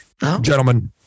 Gentlemen